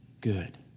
good